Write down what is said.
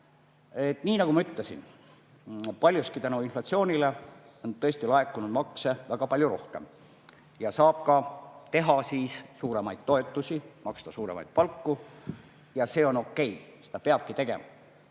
Nii nagu ma ütlesin, paljuski tänu inflatsioonile on tõesti laekunud makse väga palju rohkem ja saab ka teha suuremaid toetusi, maksta suuremaid palku ja see on okei, seda peabki tegema.